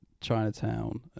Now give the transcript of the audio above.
Chinatown